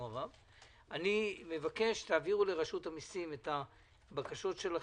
אני מבקש שתעבירו לרשות המיסים את הבקשות שלכם.